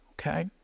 Okay